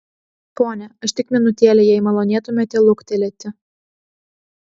pone aš tik minutėlę jei malonėtumėte luktelėti